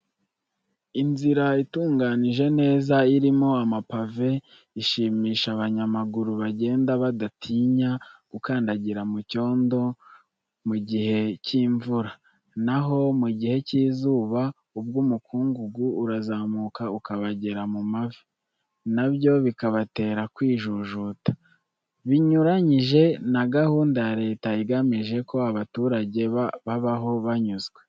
Inzira itunganije neza irimo amapave ishimisha abanyamaguru bagenda badatinya gukandagira mu cyondo mu gihe cy'imvura, na ho mu gihe cy'izuba bwo umukungugu urazamuka ukabagera mu mavi, na byo bikabatera kwijujuta; binyuranyije na gahunda ya Leta igamije ko abaturage babaho banyuzwe.